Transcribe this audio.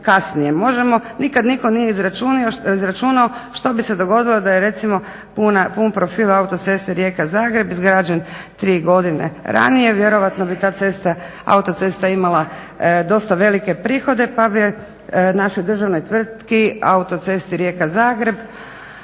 Nikad nitko nije izračunao što bi se dogodilo da je recimo pun profil autoceste Rijeka-Zagreb izgrađen tri godine ranije. Vjerojatno bi ta autocesta imala dosta velike prihode pa bi našoj državnoj tvrtki autocesti Rijeka-Zagreb